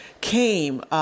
came